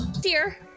Dear